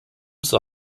zur